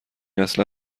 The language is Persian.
اصلا